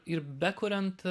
ir bekuriant